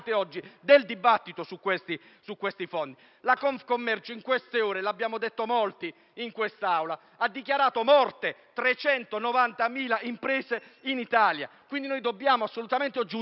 dibattito su quei fondi. La Confcommercio, in queste ore - l'abbiamo detto in molti in quest'Aula - ha dichiarato morte 390.000 imprese in Italia, per cui dobbiamo assolutamente utilizzare